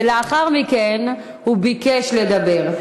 ולאחר מכן הוא ביקש לדבר.